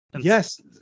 Yes